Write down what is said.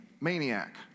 Maniac